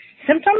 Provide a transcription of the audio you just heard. symptoms